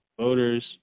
voters –